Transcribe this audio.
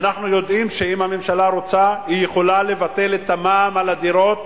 אנחנו יודעים שאם הממשלה רוצה היא יכולה לבטל את המע"מ על הדירות